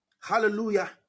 hallelujah